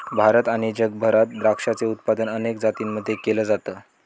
भारत आणि जगभरात द्राक्षाचे उत्पादन अनेक जातींमध्ये केल जात